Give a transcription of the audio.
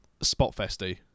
spot-festy